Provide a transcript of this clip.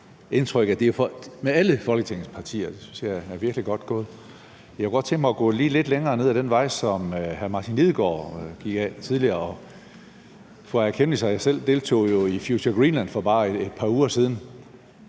indtryk, at det er alle Folketingets partier. Det synes jeg er virkelig godt gået. Jeg kunne godt tænke mig at gå lidt længere nede ad den vej, som hr. Martin Lidegaard gik ad tidligere. Fru Aaja Chemnitz og jeg selv deltog jo i Future Greenland for bare et par uger siden.